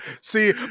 See